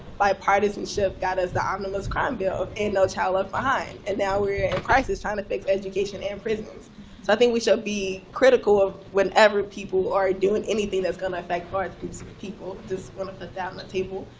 bipartisanship got us the omnibus crime bill and no child left behind. and now we're in crisis trying to fix education and prisons. so i think we should so be critical of whenever people are doing anything that's going to affect large groups of people. just want to put that on the people.